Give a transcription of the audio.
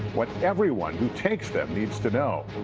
what everyone who takes them needs to know.